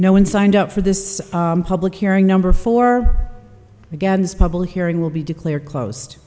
no one signed up for this public hearing number four against public hearing will be declared closed